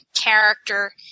character